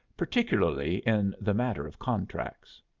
particularly in the matter of contracts.